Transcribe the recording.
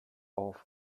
auf